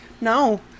no